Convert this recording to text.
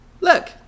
Look